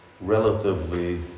relatively